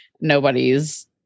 nobody's